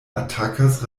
atakas